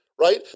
right